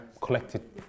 collected